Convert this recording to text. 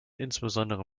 insbesondere